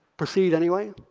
proceed anyway,